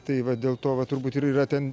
tai va dėl to va turbūt ir yra ten